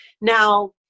Now